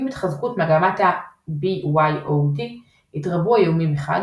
עם התחזקות מגמת ה-BYOD התרבו האיומים מחד,